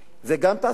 זה גם תעסוקה,